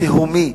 התהומי,